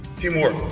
teamwork.